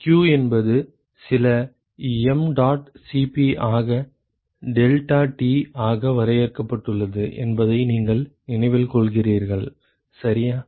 q என்பது சில mdot Cp ஆக deltaT ஆக வரையறுக்கப்பட்டுள்ளது என்பதை நீங்கள் நினைவில் கொள்கிறீர்கள் சரியா